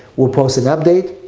we'll post an update.